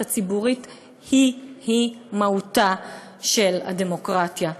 הציבורית הוא-הוא מהותה של הדמוקרטיה.